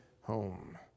home